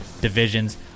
divisions